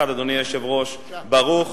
אדוני היושב-ראש, אסיים במשפט אחד: ברוך